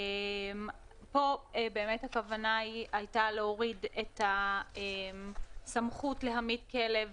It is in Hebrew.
פה הכוונה היא להוריד את הסמכות להמית כלב